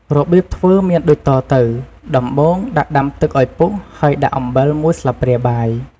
របៀបធ្វើមានដូចតទៅ ដំបូងដាក់ដាំទឹកឱ្យពុះហើយដាក់អំបិលមួយស្លាបព្រាបាយ។